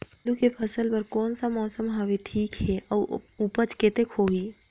आलू के फसल बर कोन सा मौसम हवे ठीक हे अउर ऊपज कतेक होही?